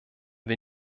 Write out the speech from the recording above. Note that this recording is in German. wir